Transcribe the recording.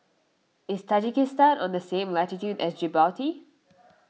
is Tajikistan on the same latitude as Djibouti